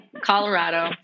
Colorado